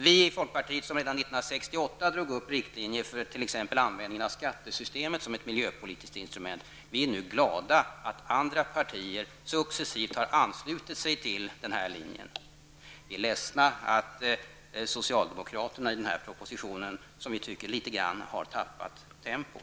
Vi i folkpartiet, som redan år 1968 drog upp riktlinjer för användning av t.ex. skattesystemet som ett miljöpolitiskt instrument, är nu glada för att andra partier successivt har anslutit sig till vår linje. Vi är ledsna över att socialdemokraterna i denna proposition litet grand har tappat tempot.